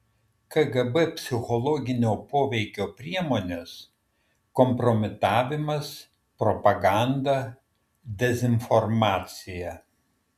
kgb psichologinio poveikio priemonės kompromitavimas propaganda dezinformacija